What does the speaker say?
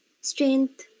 Strength